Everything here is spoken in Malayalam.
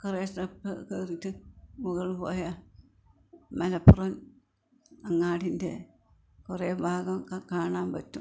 കുറേ സ്റ്റെപ്പ് കയറിയിട്ട് മുകളിൽ പോയാൽ മലപ്പുറം അങ്ങാടിൻ്റെ കുറേ ഭാഗമൊക്കെ കാണാൻ പറ്റും